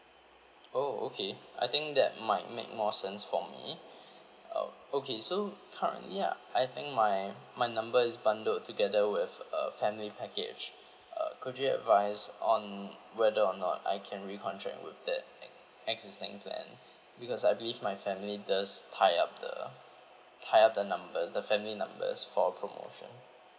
oh okay I think that might make more sense for me uh okay so currently uh I think my my number is bundled together with a family package uh could you advise on whether or not I can recontract with that ac~ existing plan because I believe my family does tie up the tie up the number the family numbers for promotion